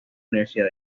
universidad